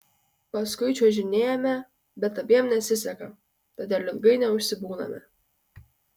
paskui čiuožinėjame bet abiem nesiseka todėl ilgai neužsibūname